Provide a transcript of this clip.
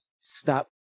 stop